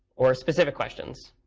or specific questions?